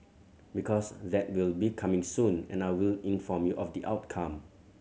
because that will be coming soon and I will inform you of the outcome